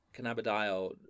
Cannabidiol